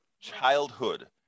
childhood